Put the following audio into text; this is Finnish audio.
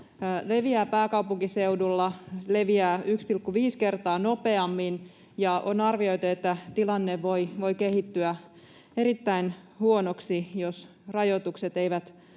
leviää pääkaupunkiseudulla, leviää 1,5 kertaa nopeammin, ja on arvioitu, että tilanne voi kehittyä erittäin huonoksi, jos rajoitukset eivät